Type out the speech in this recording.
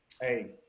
Hey